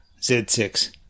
Z6